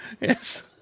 Yes